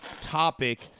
topic